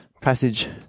passage